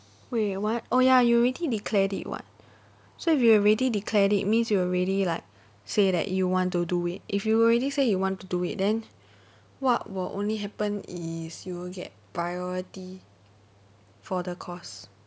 wait what oh ya you already declared it [what] so if you already declared it means you already like say that you want to do it if you already say you want to do it then what would only happen is you will get priority for the course